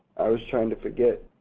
i was trying to forget.